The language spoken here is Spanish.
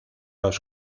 los